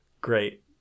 great